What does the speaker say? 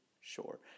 Sure